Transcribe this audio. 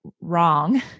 wrong